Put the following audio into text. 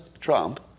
Trump